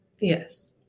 Yes